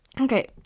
okay